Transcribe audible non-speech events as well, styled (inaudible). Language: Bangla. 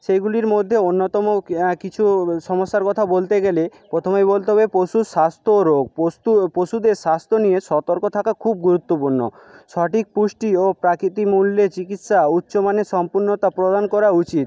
সেগুলির মধ্যে অন্যতম কিছু সমস্যার কথা বলতে গেলে প্রথমেই বলতে হবে পশুর স্বাস্থ্য ও রোগ (unintelligible) পশুদের স্বাস্থ্য নিয়ে সতর্ক থাকা খুব গুরুত্বপূর্ণ সঠিক পুষ্টি ও প্রাকৃতি মূল্যে চিকিৎসা ও উচ্চমানের সম্পূর্ণতা প্রদান করা উচিত